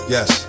Yes